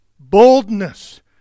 Boldness